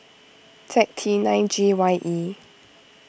Z T nine G Y E